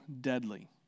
deadly